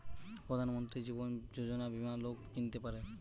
প্রধান মন্ত্রী জীবন যোজনা বীমা লোক কিনতে পারে